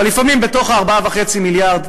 אבל לפעמים בתוך ה-4.5 מיליארד,